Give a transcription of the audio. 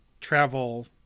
travel